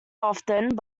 often